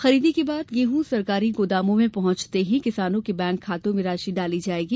खरीदी के बाद गेहूं सरकारी गोदामों में पहुंचते ही किसानों के बैंक खातों में राशि डाली जायेगी